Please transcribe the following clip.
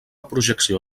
projecció